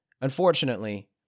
unfortunately